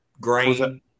grain